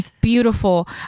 beautiful